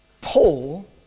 Paul